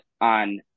on